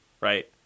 Right